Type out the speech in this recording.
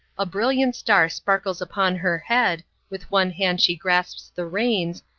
a brilliant star sparkles upon her head, with one hand she grasps the reins,